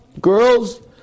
girls